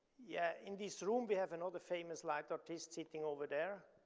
yeah, in this room we have another famous light artist sitting over there.